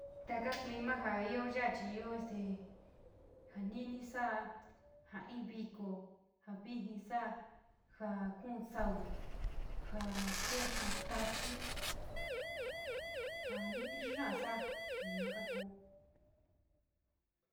Taka clima ja io yaa chi io este ja nini sara, ja in viko, ja viji sala, ja kuunsou, ja kee kaa tachi, ja nini xaa sa´a, yua kakú.